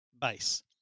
base